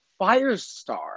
Firestar